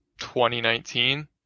2019